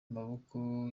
maboko